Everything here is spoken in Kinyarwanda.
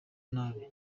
nabi